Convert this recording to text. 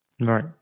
Right